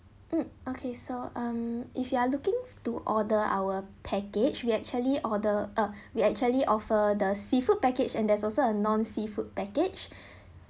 mm okay so um if you are looking to order our package we actually order uh we actually offer the seafood package and there's also a non seafood package